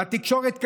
והתקשורת,